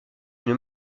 une